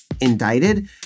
indicted